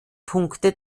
punkte